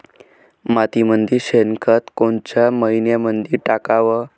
मातीमंदी शेणखत कोनच्या मइन्यामंधी टाकाव?